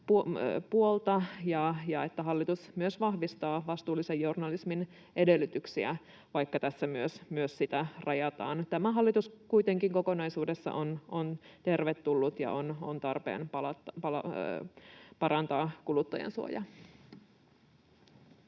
puolta ja että hallitus myös vahvistaa vastuullisen journalismin edellytyksiä, vaikka tässä myös sitä rajataan. Tämä hallituksen esitys kuitenkin kokonaisuudessaan on tervetullut, ja on tarpeen parantaa kuluttajansuojaa.